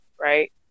right